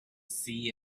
see